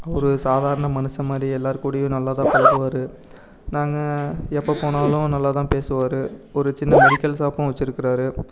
அவர் சாதாரண மனுஷன்மாதிரி எல்லார் கூடையும் நல்லா தான் பழகுவார் நாங்கள் எப்போ போனாலும் நல்லா தான் பேசுவார் ஒரு சின்ன மெடிக்கல் ஷாப்பும் வச்சிருக்குறார்